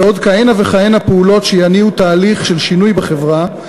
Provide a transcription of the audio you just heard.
ועוד כהנה וכהנה פעולות שיניעו תהליך של שינוי בחברה,